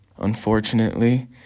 Unfortunately